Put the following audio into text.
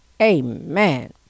Amen